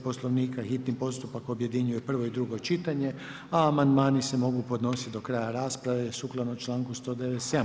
Poslovnika hitni postupak objedinjuje prvo i drugo čitanje a amandmani se mogu podnositi do kraja rasprave sukladno članku 197.